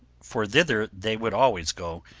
for thither they would always go,